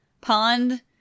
pond